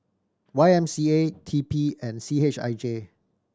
Y M C A T P and C H I J